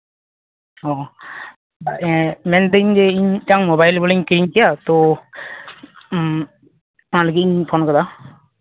ᱚ ᱮᱸᱜ ᱢᱮᱱ ᱮᱫᱟᱹᱧ ᱡᱮ ᱤᱧ ᱢᱤᱫᱴᱟᱱ ᱢᱳᱵᱟᱭᱤᱞ ᱵᱚᱞᱮᱧ ᱠᱤᱨᱤᱧ ᱠᱮᱭᱟ ᱛᱳ ᱚᱱᱟ ᱞᱟᱹᱜᱤᱫ ᱤᱧ ᱯᱷᱳᱱ ᱠᱟᱫᱟ